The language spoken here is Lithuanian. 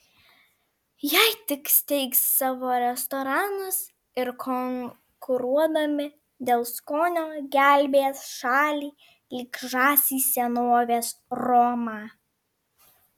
jei tik steigs savo restoranus ir konkuruodami dėl skonio gelbės šalį lyg žąsys senovės romą